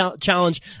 challenge